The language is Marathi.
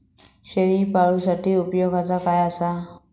शेळीपाळूसाठी उपयोगाचा काय असा?